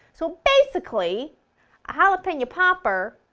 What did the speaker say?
so, basically a jalapeno popper,